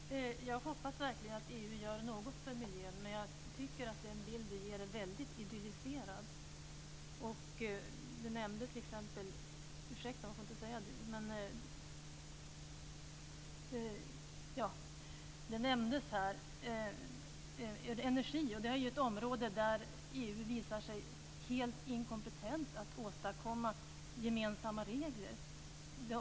Herr talman! Jag hoppas verkligen att EU gör något för miljön. Men jag tycker att den bild som du ger är väldigt idylliserad. Ursäkta, man får inte säga du. Göran Lennmarker nämnde energiområdet. Det är ett område där EU visar sig helt inkompetent att åstadkomma gemensamma regler.